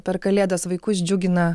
per kalėdas vaikus džiugina